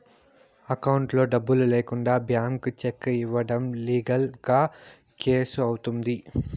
అకౌంట్లో డబ్బులు లేకుండా బ్లాంక్ చెక్ ఇయ్యడం లీగల్ గా కేసు అవుతుంది